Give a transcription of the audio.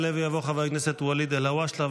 יעלה ויבוא חבר הכנסת ואליד אלהואשלה,